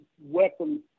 weapons